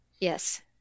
Yes